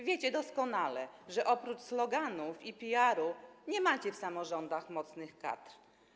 Wiecie doskonale, że oprócz sloganów i PR-u nie macie w samorządach mocnych kadr.